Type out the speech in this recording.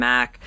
Mac